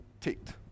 ticked